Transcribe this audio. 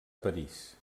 parís